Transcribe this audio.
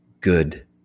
good